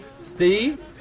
Steve